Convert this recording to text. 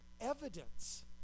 evidence